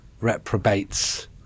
reprobates